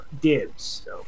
dibs